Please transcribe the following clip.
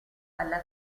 alla